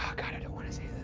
i kind of don't wanna say